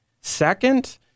Second